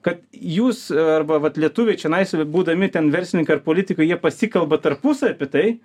kad jūs arba vat lietuviai čionais būdami ten verslininkai ir politikai jie pasikalba tarpusavy apie tai